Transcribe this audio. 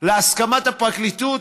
להסכמת הפרקליטות